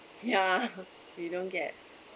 ya we don't get